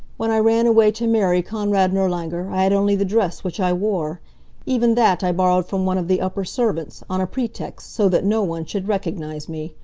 when i ran away to marry konrad nirlanger i had only the dress which i wore even that i borrowed from one of the upper servants, on a pretext, so that no one should recognize me.